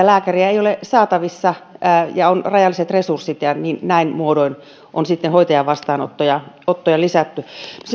lääkäriä ei ole saatavissa ja on rajalliset resurssit ja näin muodoin on sitten hoitajan vastaanottoja lisätty